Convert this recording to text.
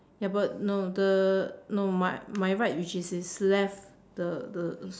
ya but no the no my my right which is his left the the